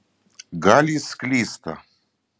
gal jis klysta